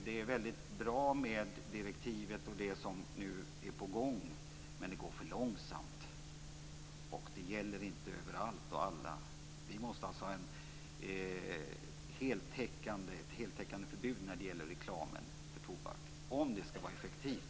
Det är väldigt bra med direktivet och det som nu är på gång, men det går för långsamt och det gäller inte överallt och alla. Vi måste alltså ha ett heltäckande förbud när det gäller reklam för tobak om det skall vara effektivt.